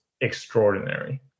extraordinary